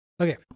Okay